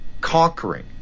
conquering